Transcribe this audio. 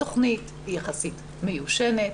התוכנית היא יחסית מיושנת,